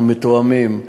אנחנו מתואמים.